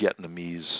Vietnamese